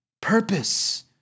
Purpose